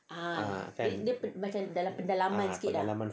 ah kan ah pendalaman